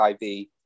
IV